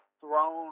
thrown